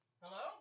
Hello